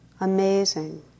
amazing